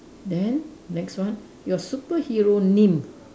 then next one your superhero name